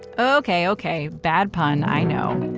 ok, ok, bad pun, i know.